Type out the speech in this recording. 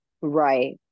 Right